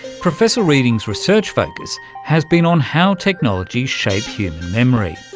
professor reading's research focus has been on how technologies shape human memory.